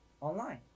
online